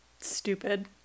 stupid